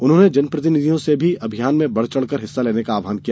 उन्होंने जन प्रतिनिधियों से भी अभियान में बढ़ चढ़कर हिस्सा लेने का आह्वान किया